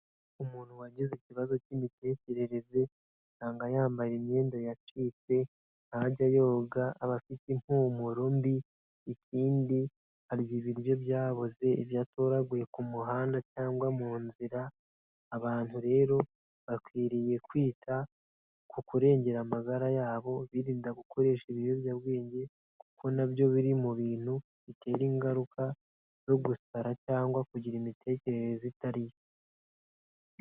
Umuntu wagize ikibazo k'imitekerereze asanga yambara imyenda yacipe, ntajya yoga, aba afite impumuro mbi, ikindi arya ibiryo byaboze, ibyo atoraguye ku muhanda cyangwa mu nzira. Abantu rero bakwiriye kwita ku kurengera amagara yabo birinda gukoresha ibiyobyabwenge kuko na byo biri mu bintu bitera ingaruka nko gusara cyangwa kugira imitekerereze itari yo.